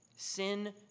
Sin